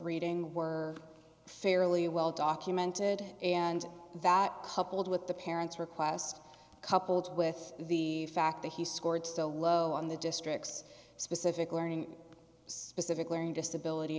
reading were fairly well documented and that coupled with the parents request coupled with the fact that he scored still low on the district's specific learning specific learning disability